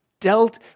dealt